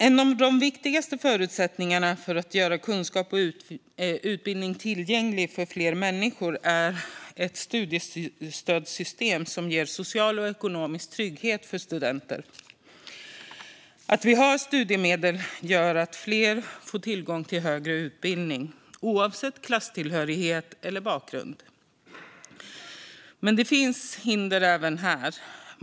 En av de viktigaste förutsättningarna för att göra kunskap och utbildning tillgängligt för fler människor är ett studiestödssystem som ger social och ekonomisk trygghet för studenter. Studiemedel gör att fler får tillgång till högre utbildning, oavsett klasstillhörighet eller bakgrund. Men det finns hinder även här.